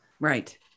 Right